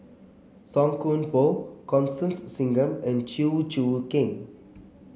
Song Koon Poh Constance Singam and Chew Choo Keng